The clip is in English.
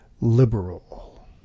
liberal